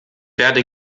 werde